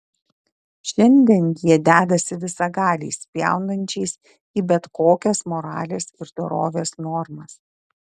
šiandien jie dedąsi visagaliais spjaunančiais į bet kokias moralės ir dorovės normas